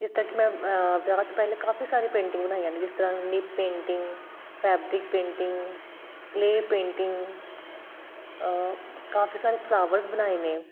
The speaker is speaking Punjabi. ਜਿਸ ਤਰ੍ਹਾਂ ਕਿ ਮੈਂ ਵਿਆਹ ਤੋਂ ਪਹਿਲਾਂ ਕਾਫੀ ਸਾਰੇ ਪੇਂਟਿੰਗ ਬਣਾਈਆਂ ਨੇ ਜਿਸ ਤਰ੍ਹਾਂ nib painting fabric painting clay painting ਕਾਫੀ ਸਾਰੇ ਫਲਾਵਰਸ ਬਣਾਏ ਨੇ